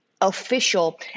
official